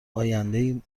آیندهای